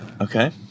Okay